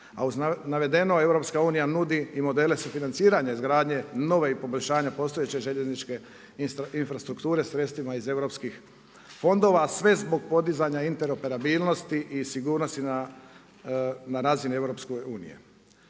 a uz navedeno EU nudi i modele sufinanciranja izgradnje nove i poboljšanja postojeće željezničke infrastrukture sredstvima iz EU fondova, a sve zbog podizanja interoperabilnosti i sigurnosti na razini EU.